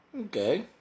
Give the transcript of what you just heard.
Okay